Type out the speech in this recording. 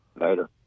Later